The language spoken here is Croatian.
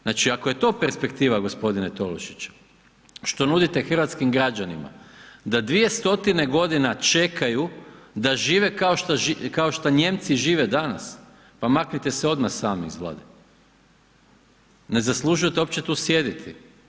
Znači ako je to perspektiva gospodine Tolušić što nudite hrvatskim građanima da 200 godina čekaju da žive kao što Nijemci žive danas, pa maknite se odmah sami iz Vlade, ne zaslužujete uopće tu sjediti.